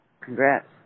Congrats